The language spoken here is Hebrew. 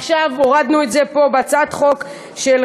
אני